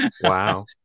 wow